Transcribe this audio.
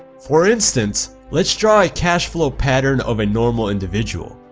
for instance let's try cash flow pattern of a normal individual.